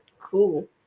Cool